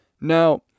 now